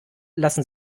lassen